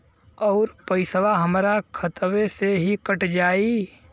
अउर पइसवा हमरा खतवे से ही कट जाई?